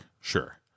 sure